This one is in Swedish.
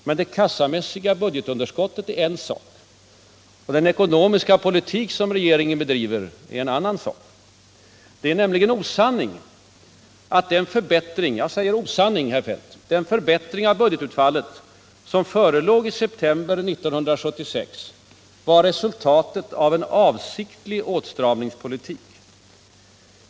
Men det kassamässiga budgetutfallet är en sak. Och den ekonomiska politik som regeringen bedriver är en annan sak. Det är nämligen osanning, herr Feldt, att den förbättring av budgetutfallet som förelåg i september 1976 var resultatet av en avsiktlig åtstramningspolitik.